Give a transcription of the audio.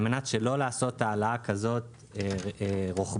על מנת לא לעשות העלאה כזאת רוחבית